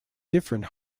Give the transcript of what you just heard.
different